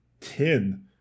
Ten